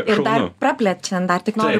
ir dar praplečiant dar tik noriu